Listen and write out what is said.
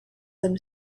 them